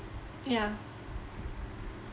ya